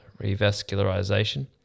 revascularization